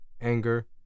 anger